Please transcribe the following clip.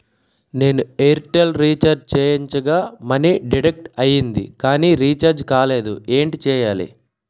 నేను Airtel recharge చేయించగా money deduct అయ్యింది కానీ రీఛార్జ్ కాలేదు ఏంటి చేయాలి?